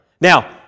Now